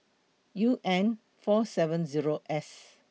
U N four seven Zero S